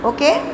Okay